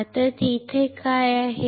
आता तिथे काय आहे